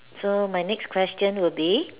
so my next question would be